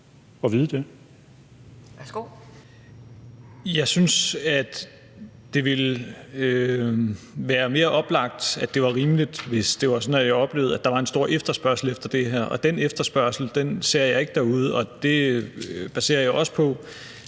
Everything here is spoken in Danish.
Stoklund (S): Jeg synes, at det vil være mere oplagt og rimeligt, hvis det var sådan, at jeg oplevede, at der var en stor efterspørgsel efter det her. Den efterspørgsel ser jeg ikke derude, og det baserer jeg også på,